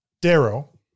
Darrow